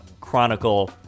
chronicle